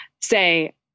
say